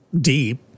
deep